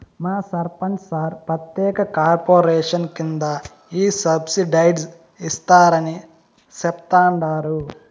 మా సర్పంచ్ సార్ ప్రత్యేక కార్పొరేషన్ కింద ఈ సబ్సిడైజ్డ్ ఇస్తారని చెప్తండారు